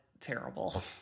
terrible